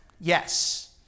Yes